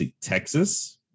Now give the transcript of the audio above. Texas